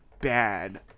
bad